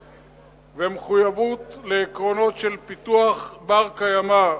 ומחויבות לעקרונות של פיתוח בר-קיימא,